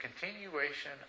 continuation